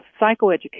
psychoeducation